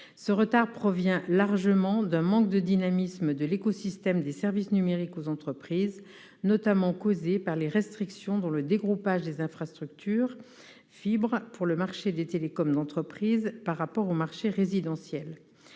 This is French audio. Ce retard provient largement d'un manque de dynamisme de l'écosystème des services numériques aux entreprises, dû notamment aux restrictions dans le dégroupage des infrastructures fibre pour le marché des télécommunications d'entreprise par rapport au marché résidentiel.